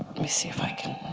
me see if i can